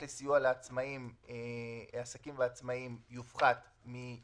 (תיקון מס' 4), הכנה לקריאה שנייה